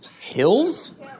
Hills